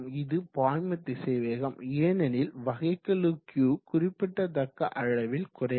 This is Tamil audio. இது பாய்ம திசைவேகம் ஏனெனில் வகைக்கெழு Q குறிப்பிடத்தக்க அளவில் குறைவு